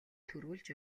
төрүүлж